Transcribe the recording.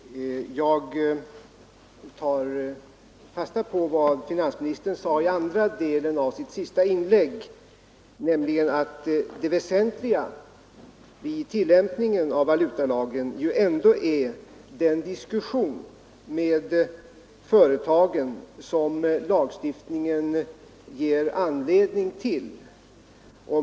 Herr talman! Jag tar fasta på vad finansministern sade i andra delen av sitt senaste inlägg, nämligen att det väsentliga i tillämpningen av valutalagen är den diskussion med företagen som lagstiftningen ger anledning till.